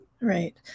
Right